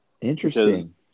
Interesting